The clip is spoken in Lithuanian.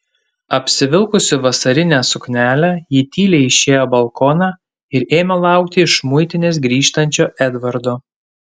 apsivilkusi vasarinę suknelę ji tyliai išėjo balkoną ir ėmė laukti iš muitinės grįžtančio edvardo